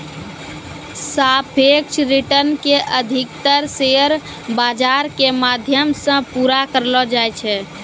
सापेक्ष रिटर्न के अधिकतर शेयर बाजार के माध्यम से पूरा करलो जाय छै